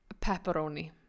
pepperoni